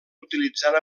utilitzant